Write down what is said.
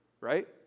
right